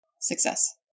Success